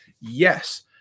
Yes